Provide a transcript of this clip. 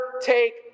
take